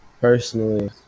Personally